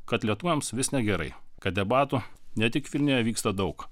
kad lietuviams vis negerai kad debatų ne tik vilniuje vyksta daug